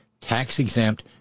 tax-exempt